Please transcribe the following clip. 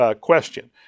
question